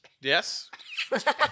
Yes